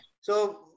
So-